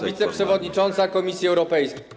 wiceprzewodnicząca Komisji Europejskiej.